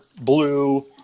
Blue